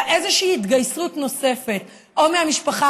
אלא שתהיה איזושהי התגייסות נוספת או מהמשפחה